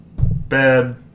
bed